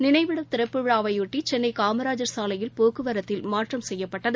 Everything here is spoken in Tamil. நினைவிடம் திறப்பு விழாவையொட்டிசென்னைகாமராஜர் சாலையில் போக்குவரத்தில் மாற்றம் செய்யப்பட்டது